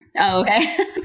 okay